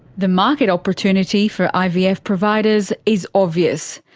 the market opportunity for ivf providers is obvious.